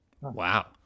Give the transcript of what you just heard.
Wow